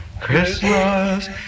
Christmas